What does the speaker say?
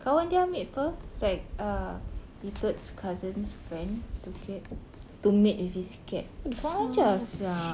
kawan dia ambil [pe] peter's cousin's friend took it to mate with his cat kurang ajar sia